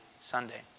Sunday